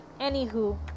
anywho